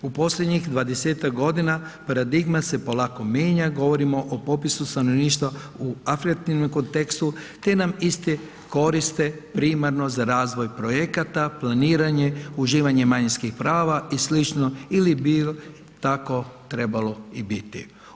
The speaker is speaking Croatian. U posljednjih 20-tak godina paradigma se polako menja, govorimo o popisu stanovništva u afektivnom kontekstu, te nam isti koriste primarno za razvoj projekata, planiranje, uživanje manjinskih prava i slično ili bi tako trebalo i biti.